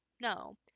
no